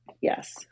Yes